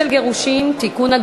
הצעת חוק העונשין (תיקון,